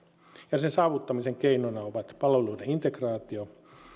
ja sen saavuttamisen keinoja ovat palveluiden integraatio